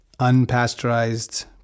unpasteurized